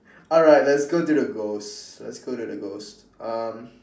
alright let's go to the ghost let's go to the ghost um